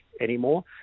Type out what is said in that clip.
anymore